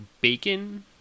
bacon